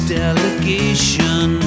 delegation